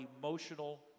emotional